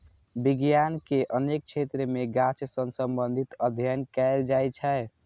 विज्ञान के अनेक क्षेत्र मे गाछ सं संबंधित अध्ययन कैल जाइ छै